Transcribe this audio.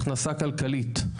הכנסה כלכלית.